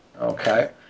Okay